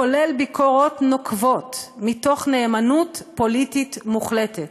כולל ביקורות נוקבות מתוך נאמנות פוליטית מוחלטת,